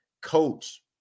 coach